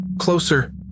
Closer